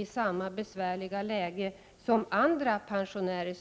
i samma besvärliga läge | som andra pensionärer.